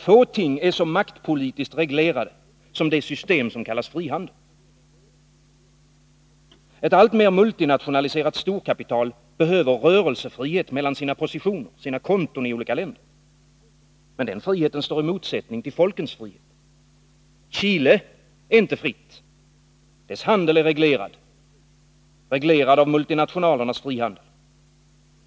Få ting är så maktpolitiskt reglerade som det system som kallas frihandel. Ett alltmer multinationaliserat storkapital behöver rörelsefrihet mellan sina positioner, sina konton i olika länder. Men den friheten står i motsättning till folkens frihet. Chile är inte fritt. Dess handel är reglerad — reglerad av multinationalernas frihandel.